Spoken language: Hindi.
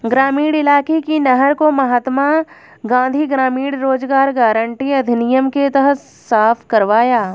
ग्रामीण इलाके की नहर को महात्मा गांधी ग्रामीण रोजगार गारंटी अधिनियम के तहत साफ करवाया